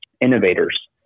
innovators